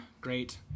great